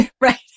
Right